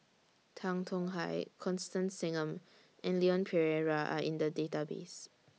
Tan Tong Hye Constance Singam and Leon Perera Are in The Database